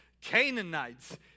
Canaanites